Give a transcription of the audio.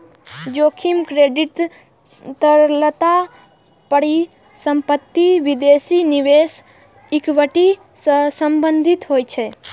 जोखिम क्रेडिट, तरलता, परिसंपत्ति, विदेशी निवेश, इक्विटी सं संबंधित होइ छै